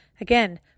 Again